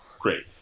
great